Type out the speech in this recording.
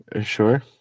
Sure